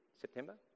September